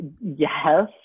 yes